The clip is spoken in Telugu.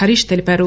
హరీష్ తెలిపారు